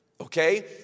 Okay